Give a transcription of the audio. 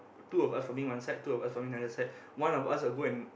two of us farming one side two of us farming the other side one of us will go and